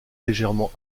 légèrement